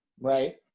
Right